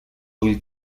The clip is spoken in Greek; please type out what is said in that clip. όλη